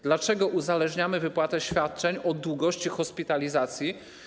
Dlaczego uzależniamy wypłatę świadczeń od długości hospitalizacji?